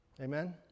Amen